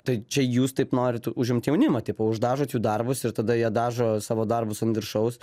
tai čia jūs taip norit užimt jaunimą tipo uždažot jų darbus ir tada jie dažo savo darbus an viršaus